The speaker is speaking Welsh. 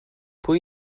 pwy